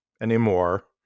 anymore